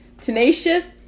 tenacious